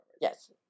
Yes